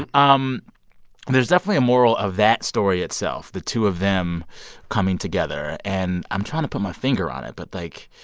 um there's definitely a moral of that story itself, the two of them coming together. and i'm trying to put my finger on it. but like,